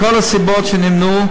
מכל הסיבות שנמנו,